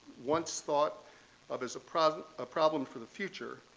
once thought of as a problem ah problem for the future,